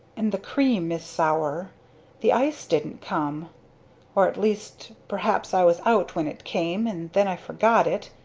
and the cream is sour the ice didn't come or at least, perhaps i was out when it came and then i forgot it.